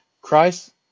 Christ